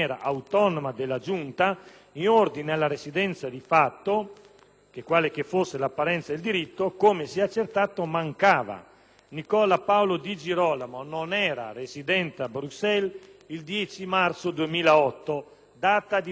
che - quale che fosse l'apparenza del diritto - come si è accertato mancava: Nicola Paolo Di Girolamo non era residente a Bruxelles il 10 marzo 2008, data di deposito delle candidature. L'articolo 8 della legge Tremaglia